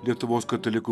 lietuvos katalikų